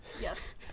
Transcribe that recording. yes